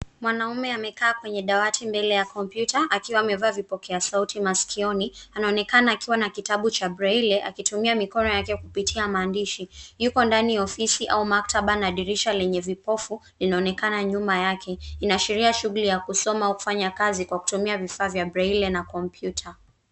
Mwanaume amekaa kwenye dawati mbele ya kompyuta akiwa amevaa vipokea sauti masikioni. Anaonekana akiwa na kitabu cha braille akitumia mikono yake kupitia maandishi. Yupo ndani ya ofisi au maktaba na dirisha lenye vipofu linaonekana nyuma yake. Inaashiria shughuli ya kusoma au kufanya kazi kwa kutumia vifaa vya braille pia na kompyuta.